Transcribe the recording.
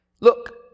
Look